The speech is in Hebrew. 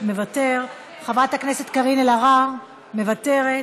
מוותר, חברת הכנסת קארין אלהרר, מוותרת,